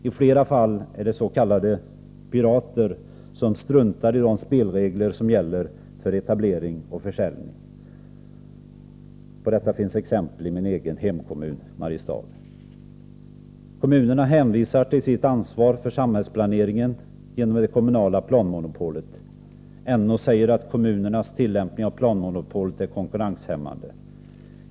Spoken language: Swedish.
I flera fall är det s.k. pirater som struntar i de spelregler som gäller för etablering och försäljning. På detta finns exempel i min egen hemkommun Mariestad. Kommunerna hänvisar till sitt ansvar för samhällsplaneringen genom det kommunala planmonopolet. NO säger att kommunernas tillämpning av planmonopolet är konkurrenshämmande.